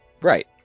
Right